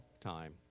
time